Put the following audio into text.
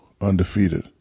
undefeated